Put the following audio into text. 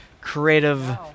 creative